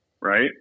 right